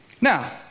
Now